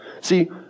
See